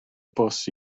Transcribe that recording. bws